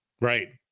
Right